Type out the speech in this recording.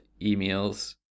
emails